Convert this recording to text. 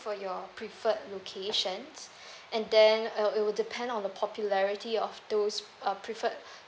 for your preferred location and then uh it will depend on the popularity of those uh preferred